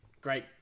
great